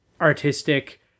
artistic